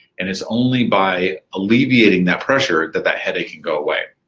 and it's only by alleviating that pressure that that headache can go away.